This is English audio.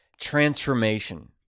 transformation